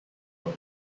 road